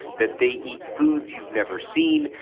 that they eat foods you've never seen,